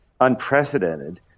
unprecedented